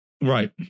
Right